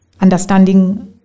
understanding